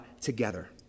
together